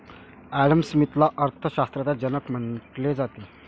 Adam स्मिथला अर्थ शास्त्राचा जनक म्हटले जाते